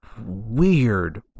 weird